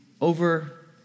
over